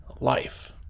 life